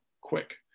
quick